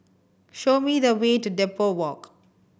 show me the way to Depot Walk